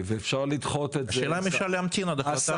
היא לא בפולין, היא לא בהודו, היא לא בהולנד, היא